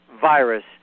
virus